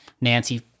nancy